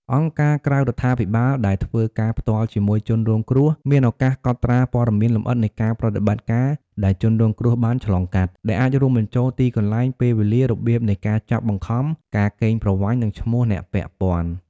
អង្គការក្រៅរដ្ឋាភិបាលដែលធ្វើការផ្ទាល់ជាមួយជនរងគ្រោះ មានឱកាសកត់ត្រាព័ត៌មានលម្អិតនៃប្រតិបត្តិការណ៍ដែលជនរងគ្រោះបានឆ្លងកាត់ ដែលអាចរួមបញ្ចូលទីកន្លែង ពេលវេលា របៀបនៃការចាប់បង្ខំ ការកេងប្រវ័ញ្ច និងឈ្មោះអ្នកពាក់ព័ន្ធ។